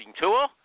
tool